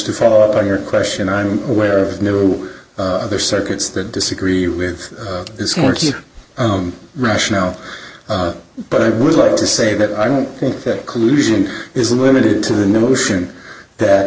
to follow up on your question i'm aware of new other circuits that disagree with this morkie rationale but i would like to say that i don't think that collusion is limited to the notion that